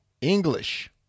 English